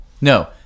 No